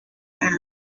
aan